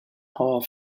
hall